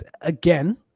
again